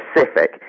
specific